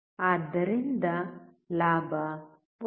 ಆದ್ದರಿಂದ ಲಾಭ 1